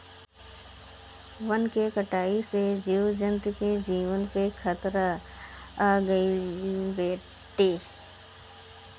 वन के कटाई से जीव जंतु के जीवन पे खतरा आगईल बाटे